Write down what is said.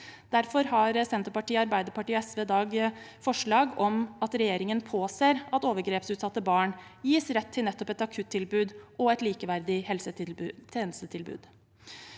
Derfor har Senterpartiet, Arbeiderpartiet og SV i dag forslag om at regjeringen påser at overgrepsutsatte barn gis rett til nettopp et akuttilbud og et likeverdig helsetjenestetilbud.